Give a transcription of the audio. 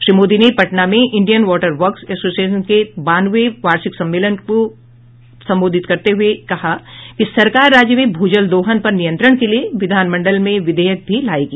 श्री मोदी ने पटना में Indian Water Works Association के बावनवे वार्षिक सम्मेलन को संबोधित करते हुए कहा कि सरकार राज्य में भूजल दोहन पर नियंत्रण के लिए विधानमंडल में विधेयक भी लाएगी